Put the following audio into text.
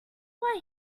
why